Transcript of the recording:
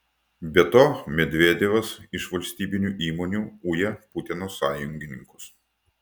be to medvedevas iš valstybinių įmonių uja putino sąjungininkus